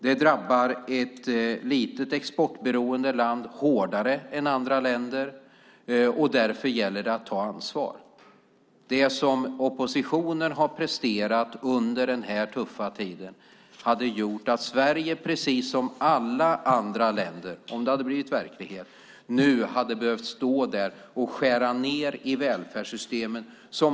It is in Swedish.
Det drabbar ett litet, exportberoende land hårdare än andra länder, och därför gäller det att ta ansvar. Det som oppositionen har presterat under denna tuffa tid hade om det blivit verklighet gjort att Sverige, precis som alla andra länder, nu hade behövt stå där och skära ned i välfärdssystemen.